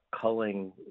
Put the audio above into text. culling